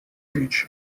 teach